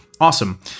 Awesome